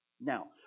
Now